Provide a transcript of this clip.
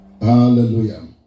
Hallelujah